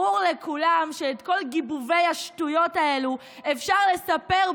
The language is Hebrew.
ברור לכולם שאת כל גיבובי השטויות האלה אפשר לספר,